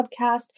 podcast